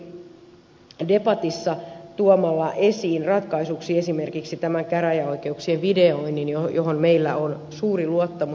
ministeri jo keskusteli debatissa tuomalla esiin ratkaisuksi esimerkiksi tämän käräjäoikeuksien videoinnin johon meillä on suuri luottamus